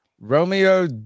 Romeo